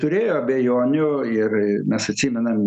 turėjo abejonių ir ir mes atsimenam